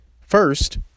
first